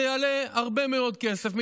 זה יעלה הרבה מאוד כסף,